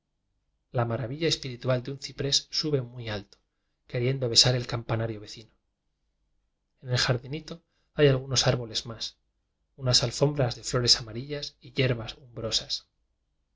la maravilla espiri tual de un ciprés sube muy alto queriendo besar al campanario vecino en el jardinito hay algunos árboles más unas alfombras de flores amarillas y